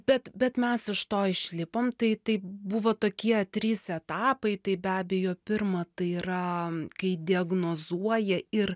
bet bet mes iš to išlipom tai tai buvo tokie trys etapai tai be abejo pirma tai yra kai diagnozuoja ir